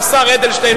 השר אדלשטיין,